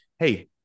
Hey